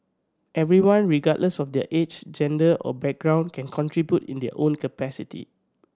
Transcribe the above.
everyone regardless of their age gender or background can contribute in their own capacity